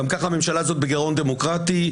גם ככה הממשלה הזאת בגירעון דמוקרטי,